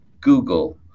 Google